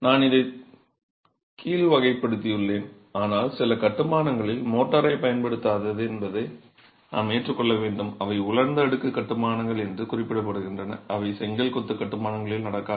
நான் இதைகீழ் வகைப்படுத்தியுள்ளேன் ஆனால் சில கட்டுமானங்கள் மோர்டரைப் பயன்படுத்தாது என்பதை நாம் ஏற்றுக்கொள்ள வேண்டும் அவை உலர்ந்த அடுக்கு கட்டுமானங்கள் என்று குறிப்பிடப்படுகின்றன அவை செங்கல் கொத்து கட்டுமானங்களில் நடக்காது